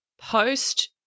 post